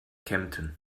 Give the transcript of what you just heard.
kempten